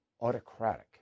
autocratic